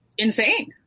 insane